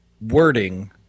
wording